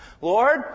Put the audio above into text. Lord